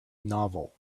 novel